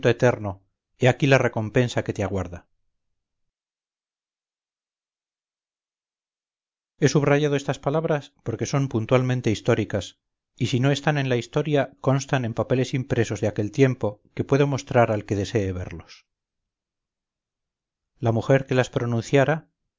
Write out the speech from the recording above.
eterno he aquí la recompensa que te aguarda he subrayado estas palabras porque son puntualmente históricas y si no están en la historia constan en papeles impresos de aquel tiempo que puedo mostrar al que desee verlos la mujer que las pronunciara